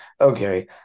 Okay